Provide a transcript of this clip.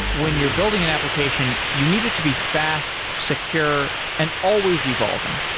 when you're building an application, you need it to be fast, secure and always evolving.